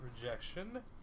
Rejection